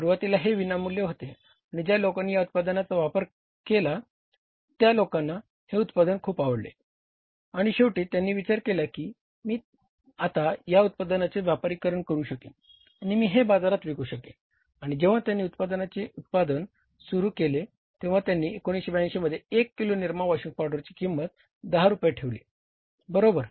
सुरुवातीला हे विनामूल्य होते आणि ज्या लोकांनी या उत्पादनाचा वापर कला त्या लोकांना हे उत्पादन खूप आवडले आणि शेवटी त्यांनी विचार केला की मी आता या उत्पादनाचे व्यापारीकरण करू शकेन आणि मी हे बाजारात विकू शकेन आणि जेव्हा त्यांनी त्याचे उत्पादन सुरू केले तेव्हा त्यांनी 1982 मध्ये 1 किलो निरमा वॉशिंग पावडरची किंमत 10 रुपये ठेवली बरोबर